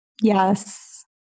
Yes